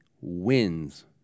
wins